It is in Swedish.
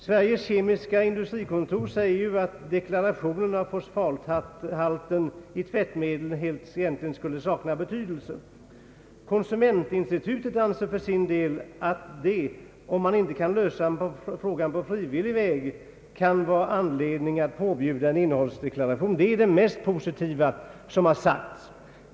Sveriges kemiska industrikontor anför att deklarationen av fosfathalten i tvättmedel egentligen helt skulle sakna betydelse. Konsumentinstitutet anser för sin del att det, om man inte kan lösa frågan på frivillig väg, kan vara anledning att påbjuda en innehållsdeklaration. Det är det mest positiva som har sagts.